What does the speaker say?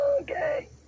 Okay